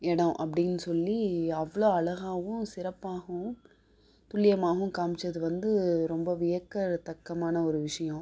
இடோம் அப்படின்னு சொல்லி அவ்வளோ அழகாவும் சிறப்பாகவும் துல்லியமாவும் காமிச்சது வந்து ரொம்ப வியக்க தக்கமான ஒரு விஷயோம்